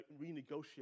renegotiate